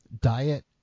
diet